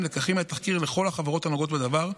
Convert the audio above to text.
לקחים מהתחקיר לכל החברות הנוגעות בדבר,